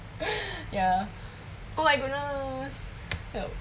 ya oh my goodness